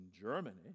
Germany